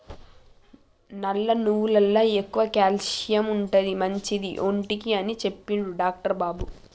నల్ల నువ్వులల్ల ఎక్కువ క్యాల్షియం ఉంటది, మంచిది ఒంటికి అని చెప్పిండు డాక్టర్ బాబు